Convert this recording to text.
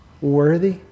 worthy